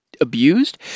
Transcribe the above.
abused